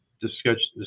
discuss